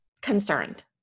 concerned